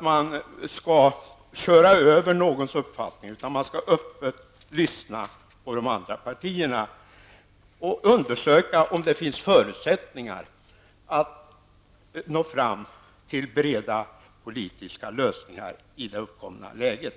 man skall inte köra över andras uppfattningar, utan det handlar om att lyssna till vad partiernas representanter säger samt undersöka om det finns förutsättningar att nå breda politiska lösningar i det uppkomna läget.